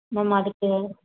ma'am அதுக்கு